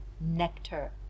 nectar